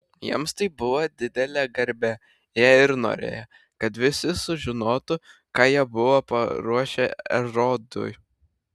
jiems tai buvo didelė garbė jie ir norėjo kad visi sužinotų ką jie buvo paruošę erodui